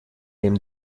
neben